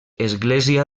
església